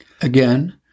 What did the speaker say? Again